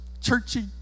churchy